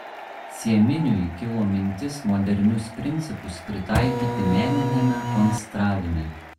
cieminiui kilo mintis modernius principus pritaikyti meniniame konstravime